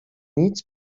nic